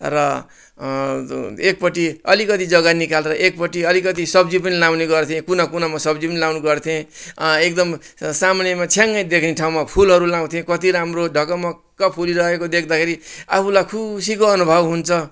र एकपट्टि अलिकति जग्गा निकालेर एकपट्टि अलिकति सब्जी पनि लाउने गर्थेँ कुना कुनामा सब्जी पनि लाउने गर्थेँ एकदम सामुन्नेमा छ्याङ्गै देख्ने ठाउँमा फुलहरू लाउँथेँ कति राम्रो ढकमक्क फुलिरहेको देख्दाखेरि आफूलाई खुसीको अनुभव हुन्छ